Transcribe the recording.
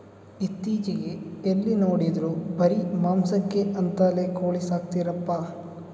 ಇತ್ತೀಚೆಗೆ ಎಲ್ಲಿ ನೋಡಿದ್ರೂ ಬರೀ ಮಾಂಸಕ್ಕೆ ಅಂತಲೇ ಕೋಳಿ ಸಾಕ್ತರಪ್ಪ